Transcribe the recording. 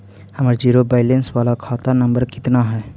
हमर zero balance बाला खाता नम्बर कितना है?